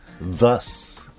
thus